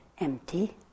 empty